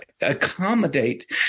accommodate